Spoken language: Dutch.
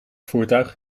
voertuig